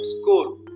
School